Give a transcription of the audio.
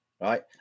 right